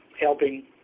helping